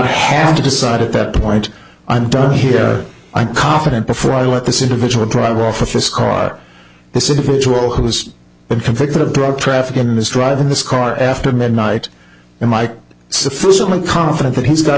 have to decide at that point i'm done here i'm confident before i let this individual drive office car this individual who has been convicted of drug trafficking this driving this car after midnight and mike sufficiently confident that he's got